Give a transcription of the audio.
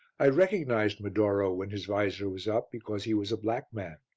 i recognized medoro when his vizor was up because he was a black man,